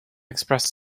express